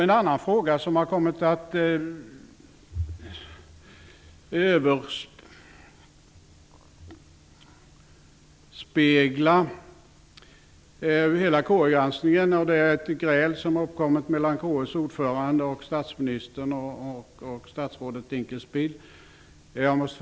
En annan fråga som har kommit att överskugga hela KU-granskningen är ett gräl som har uppkommit mellan KU:s ordförande å ena sidan och statsministern och statsrådet Dinkelspiel å andra sidan.